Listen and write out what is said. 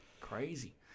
crazy